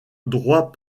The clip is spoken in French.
droit